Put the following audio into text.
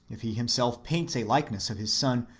if he himself paints a likeness of his son,